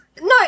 No